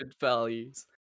values